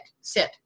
sit